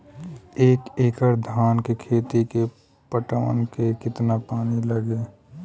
एक एकड़ धान के खेत के पटवन मे कितना पानी लागि?